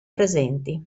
presenti